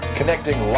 Connecting